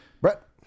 Brett